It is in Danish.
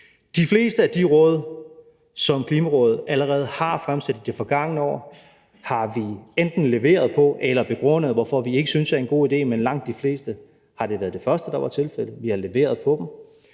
De fleste af de råd, som Klimarådet allerede har fremlagt i det forgangne år, har vi enten leveret på, eller vi har begrundet, hvorfor vi ikke synes, de er en god idé, men for langt de fleste har det været det første, der var tilfældet: Vi har leveret på dem.